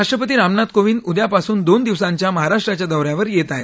राष्ट्रपती रामनाथ कोंविद उद्यापासून दोन दिवसांच्या महाराष्ट्राच्या दौऱ्यावर येत आहेत